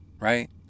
right